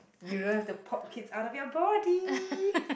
you don't have to pop kids out of your body